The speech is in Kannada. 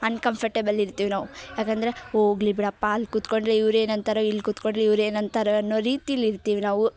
ಅನ್ಕಂಫರ್ಟೆಬಲ್ ಇರ್ತೀವಿ ನಾವು ಯಾಕೆಂದರೆ ಹೋಗ್ಲಿ ಬಿಡಪ್ಪ ಅಲ್ಲಿ ಕುತ್ಕೊಂಡರೆ ಇವರು ಏನು ಅಂತಾರೋ ಇಲ್ಲಿ ಕುತ್ಕೊಂಡರೆ ಇವರು ಏನು ಅಂತಾರೋ ಅನ್ನೋ ರೀತಿಲಿ ಇರ್ತೀವಿ ನಾವು